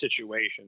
situation